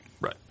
right